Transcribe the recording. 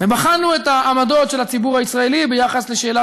בחנו את העמדות של הציבור הישראלי ביחס לשאלת